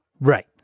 Right